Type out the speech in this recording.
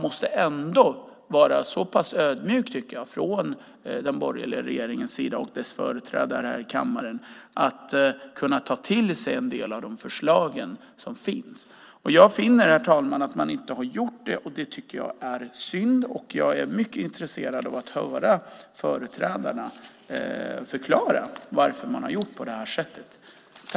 Men den borgerliga regeringen och dess företrädare här i kammaren måste ändå vara så ödmjuka att de kan ta till sig en del av de förslag som finns. Herr talman! Jag finner att man inte har gjort det, och det tycker jag är synd. Jag är mycket intresserad av att höra företrädarna förklara varför man har gjort på det här sättet.